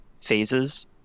phases